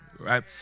Right